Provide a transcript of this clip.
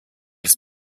his